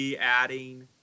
adding